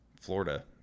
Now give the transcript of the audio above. florida